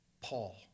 Paul